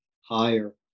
higher